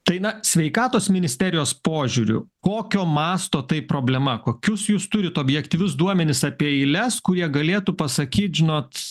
tai na sveikatos ministerijos požiūriu kokio masto tai problema kokius jūs turit objektyvius duomenis apie eiles kurie galėtų pasakyt žinot